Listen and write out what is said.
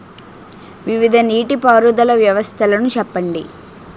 వివిధ నీటి పారుదల వ్యవస్థలను చెప్పండి?